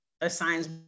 assigns